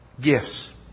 gifts